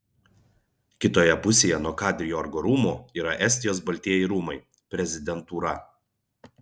kitoje pusėje nuo kadriorgo rūmų yra estijos baltieji rūmai prezidentūra